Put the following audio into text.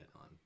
on